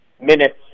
minutes